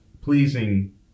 pleasing